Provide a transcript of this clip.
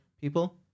people